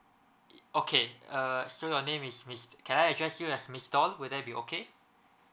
okay uh so your name is miss can I address you as miss doll will that be okay